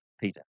Peter